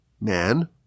man